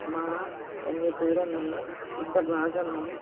मां पंहिंजे घर में हिकु बाग़ में